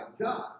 God